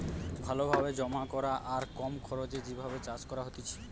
ভালো ভাবে জমা করা আর কম খরচে যে ভাবে চাষ হতিছে